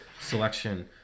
selection